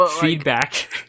feedback